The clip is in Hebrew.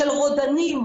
רודנים.